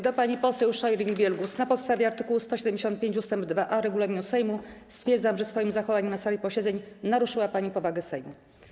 Do pani poseł Joanny Scheuring-Wielgus: na podstawie art. 175 ust. 2a regulaminu Sejmu stwierdzam, że swoim zachowaniem na sali posiedzeń naruszyła pani powagę Sejmu.